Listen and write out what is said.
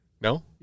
No